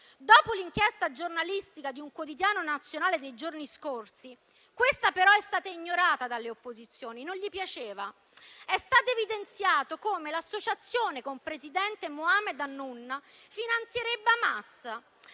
Dopo l'inchiesta giornalistica di un quotidiano nazionale dei giorni scorsi (questa però è stata ignorata dalle opposizioni, non gli piaceva), è stato evidenziato come l'associazione, di cui è presidente Muhammad Hannoun, finanzierebbe Hamas,